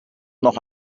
noch